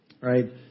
Right